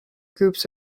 groups